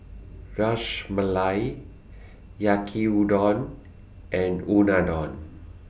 Ras Malai Yaki Udon and Unadon